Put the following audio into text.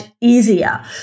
easier